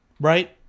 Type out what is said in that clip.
right